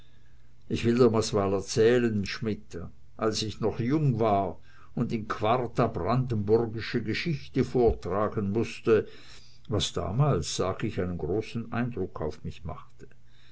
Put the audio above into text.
ich will dir mal was erzählen schmidt was als ich noch jung war und in quarta brandenburgische geschichte vortragen mußte was damals sag ich einen großen eindruck auf mich machte